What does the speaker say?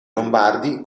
lombardi